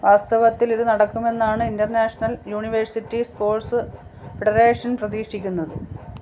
വാസ്തവത്തിൽ ഇത് നടക്കുമെന്നാണ് ഇൻ്റർനാഷണൽ യൂണിവേഴ്സിറ്റി സ്പോർട്സ് ഫെഡറേഷൻ പ്രതീക്ഷിക്കുന്നത്